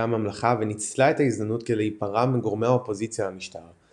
הממלכה וניצלה את ההזדמנות כדי להיפרע מגורמי האופוזיציה למשטר,